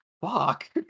Fuck